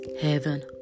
heaven